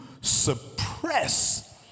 suppress